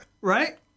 Right